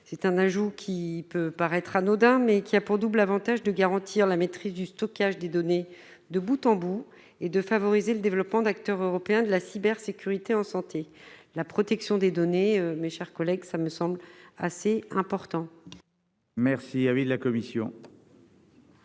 c'est un ajout qui peut paraître anodin, mais qui a pour double Avantage de garantir la maîtrise du stockage des données de bout en bout, et de favoriser le développement d'acteur européen de la cybersécurité en santé, la protection des données, mes chers collègues, ça me semble assez important. Merci, avis de la commission.